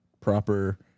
Proper